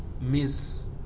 miss